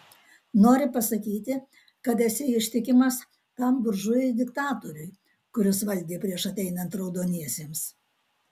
nori pasakyti kad esi ištikimas tam buržujui diktatoriui kuris valdė prieš ateinant raudoniesiems